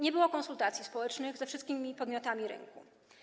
Nie było konsultacji społecznych ze wszystkimi podmiotami rynku.